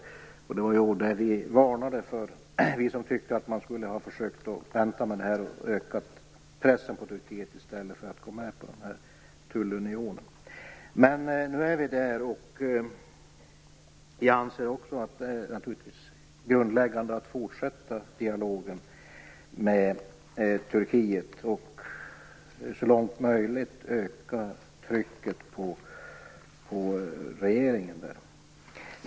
Det var vad vi varnade för som tyckte att man skulle ha försökt att vänta och ökat pressen på Turkiet i stället för att gå på tullunionen. Men nu är vi där. Vi anser att det är grundläggande att fortsätta dialogen med Turkiet och så långt möjligt öka trycket på regeringen där.